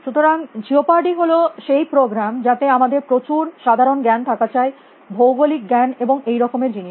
সুতরাং জিওপারডে হল সেই প্রোগ্রাম যাতে আমাদের প্রচুর সাধারণ জ্ঞান থাকা চাই ভৌগলিক জ্ঞান এবং এই রকমের জিনিস